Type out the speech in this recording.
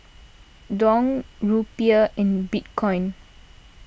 Dong Rupiah and Bitcoin